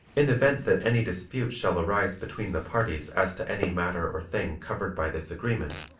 in event that any dispute shall arise between the parties as to any matter or thing covered by this agreement,